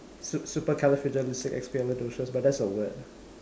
su~ supercalifragilisticexpialidocious but that's a word